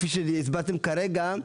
כפי שהסברתם כרגע,